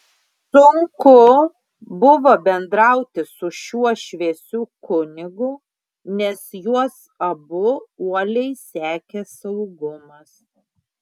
sunku buvo bendrauti su šiuo šviesiu kunigu nes juos abu uoliai sekė saugumas